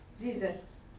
Jesus